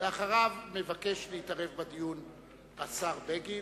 אחריו, מבקש להתערב בדיון השר בגין,